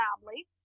family